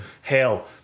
Hell